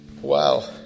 Wow